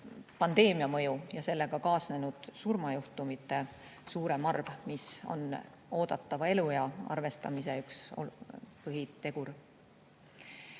pandeemia mõju. Sellega kaasnes surmajuhtumite suurem arv, mis on oodatava eluea arvestamise üks põhitegur.